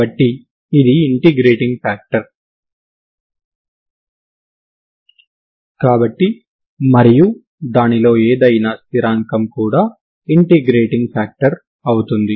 కాబట్టి ఇది integrating factor కాబట్టి మరియు దానిలో ఏదైనా స్థిరాంకం కూడా ఇంటిగ్రేటింగ్ ఫ్యాక్టర్ అవుతుంది